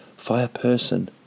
fireperson